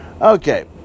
Okay